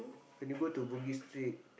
when you go to Bugis-Street